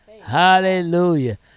Hallelujah